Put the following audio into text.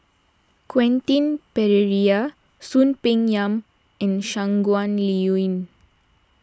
Quentin Pereira Soon Peng Yam and Shangguan Liuyun